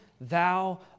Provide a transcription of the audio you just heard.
thou